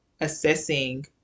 assessing